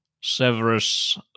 Severus